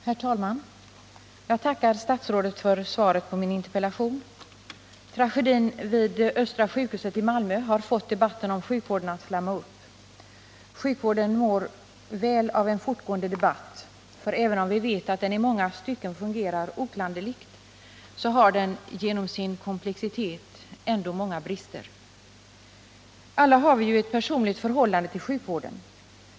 Herr talman! Jag tackar statsrådet för svaret på min interpellation. Tragedin vid Östra sjukhuset i Malmö har fått debatten om sjukvården att flamma upp. Sjukvården mår väl av en fortgående debatt, ty även om vi vet att sjukvården i många stycken fungerar oklanderligt, har den genom sin komplexitet ändå många brister. Alla har vi ett personligt förhållande till sjukvården.